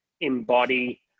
embody